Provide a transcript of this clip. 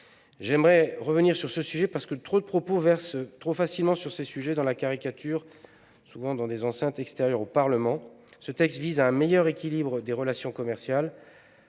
Je veux revenir sur ces sujets, parce que trop de propos versent trop facilement dans la caricature, souvent dans des enceintes extérieures au Parlement. Ce texte vise à établir un meilleur équilibre des relations commerciales,